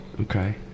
Okay